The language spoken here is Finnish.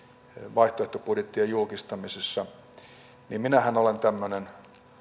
vaihtoehtobudjettien julkistamisissa niin minähän olen tämmöinen